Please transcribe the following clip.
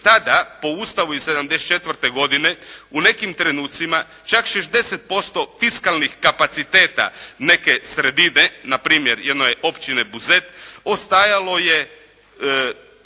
tada po Ustavu iz 1974. godine u nekim trenucima čak 60% fiskalnih kapaciteta neke sredine npr. jedne općine Buzet ostajalo je